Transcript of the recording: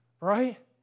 Right